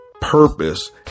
purpose